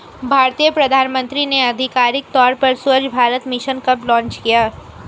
भारतीय प्रधानमंत्री ने आधिकारिक तौर पर स्वच्छ भारत मिशन कब लॉन्च किया?